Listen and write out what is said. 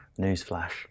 Newsflash